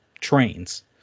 trains